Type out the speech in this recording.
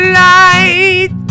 light